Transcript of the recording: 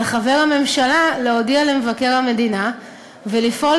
על חבר הממשלה להודיע למבקר המדינה ולפעול